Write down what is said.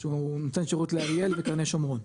שהוא נותן שירות לאריאל וקרני שומרון,